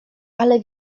ale